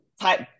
type